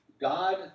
God